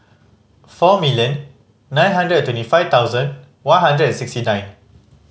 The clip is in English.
four million nine hundred and twenty five thousand one hundred and sixty nine